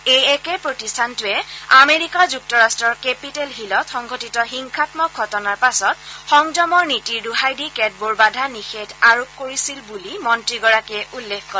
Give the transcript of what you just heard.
এই একেই প্ৰতিষ্ঠানটোৱে আমেৰিকা যুক্তৰাট্টৰ কেপিটল হিলত সংঘটিত হিংসামক ঘটনাৰ পাছত সংযমৰ নীতিৰ দোহাই দি কেতবোৰ বাধা নিষেধ আৰোপ কৰিছিল বুলি মন্ত্ৰীগৰাকীয়ে উল্লেখ কৰে